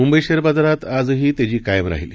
Mumbai share बाजारात आजही तेजी कायम राहिली